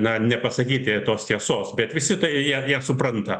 na nepasakyti tos tiesos bet visi tai jie jie supranta